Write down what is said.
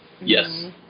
yes